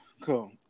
Cool